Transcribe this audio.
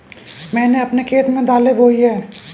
मैंने अपने खेत में दालें बोई हैं